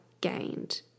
gained